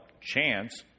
chance